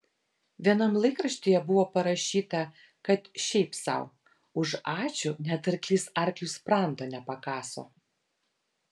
vienam laikraštyje buvo parašyta kad šiaip sau už ačiū net arklys arkliui sprando nepakaso